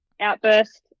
outburst